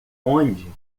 onde